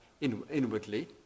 inwardly